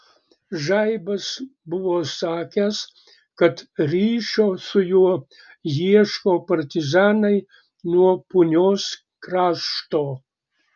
žaibas buvo sakęs kad ryšio su juo ieško partizanai nuo punios krašto